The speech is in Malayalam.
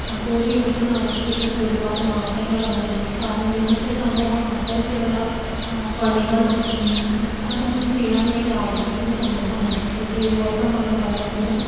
ആ കോരിയെടുക്കുന്ന അവസ്ഥയ്ക്കൊക്കെ ഒരുപാട് മാറ്റങ്ങള് വന്നു കാരണം ഇന്നത്തെ സമൂഹം അത്തരത്തിലുള്ള പണികളും അതൊന്നും ചെയ്യാൻ വേണ്ടി ആഗ്രഹിക്കുന്ന സമൂഹമല്ല ഇപ്പോഴത്തെ യുവത്വമെന്ന് പറയുന്നത്